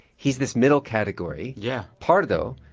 he's this middle category. yeah. pardo,